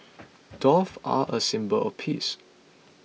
doves are a symbol of peace